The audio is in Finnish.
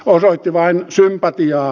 osoitti vain sympatiaa